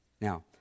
Now